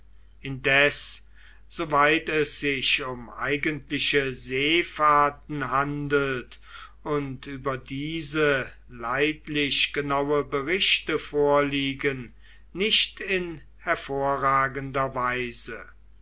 indes soweit es sich um eigentliche seefahrten handelt und über diese leidlich genaue berichte vorliegen nicht in hervorragender weise